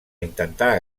intentar